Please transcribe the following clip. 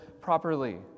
properly